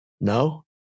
no